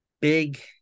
big